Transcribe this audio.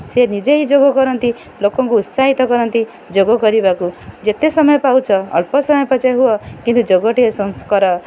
ସେ ନିଜେ ହିଁ ଯୋଗ କରନ୍ତି ଲୋକଙ୍କୁ ଉତ୍ସାହିତ କରନ୍ତି ଯୋଗ କରିବାକୁ ଯେତେ ସମୟ ପାଉଛ ଅଳ୍ପ ସମୟ ପଛେ ହୁଅ କିନ୍ତୁ ଯୋଗଟିଏ କର